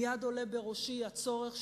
מייד עולה בראשי הצורך,